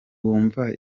wumva